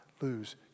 lose